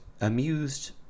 amused